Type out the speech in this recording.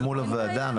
ומול הוועדה,